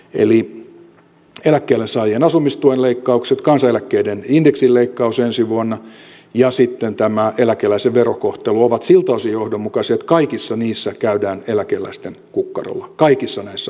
eli eläkkeensaajien asumistuen leikkaukset kansaneläkkeiden indeksin leikkaus ensi vuonna ja sitten tämä eläkeläisten verokohtelu ovat siltä osin johdonmukaisia että kaikissa niissä käydään eläkeläisten kukkarolla kaikissa näissä asioissa